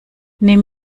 nimm